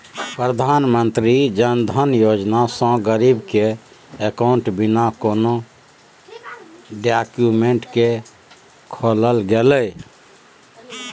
प्रधानमंत्री जनधन योजना सँ गरीब केर अकाउंट बिना कोनो डाक्यूमेंट केँ खोलल गेलै